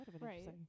right